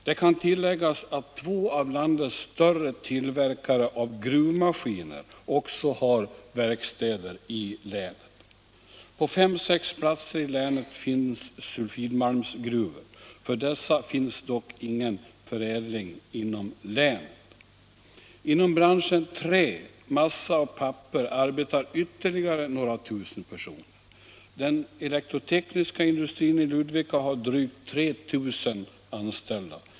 Det kan tilläggas att två av landets större tillverkare av gruvmaskiner också har verkstäder i länet. På fem, sex platser finns sulfidmalmsgruvor. För dessa finns dock ingen förädling i länet. Inom branschen trä, massa och papper arbetar ytterligare några tusen personer. Den elektrotekniska industrin i Ludvika har drygt 3 000 anställda.